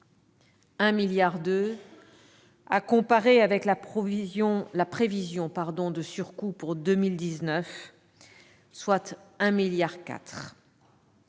d'euros -est à comparer avec la prévision de surcoûts pour 2019, soit 1,4 milliard